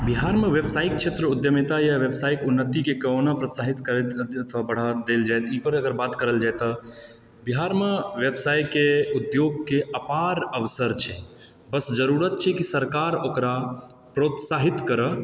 बिहार में व्यावसायिक क्षेत्र उद्यमिता या व्यावसायिक उन्नति के कोना प्रोत्साहित करैत सॅं बढ़ावा देल जाय एहि पर अगर बात कयल जाय तऽ बिहार मे व्यवसायके उद्योगके अपार अवसर छै बस ज़रूरत छै की सरकार ओकरा प्रोत्साहित करय